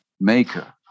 maker